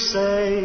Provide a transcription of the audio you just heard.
say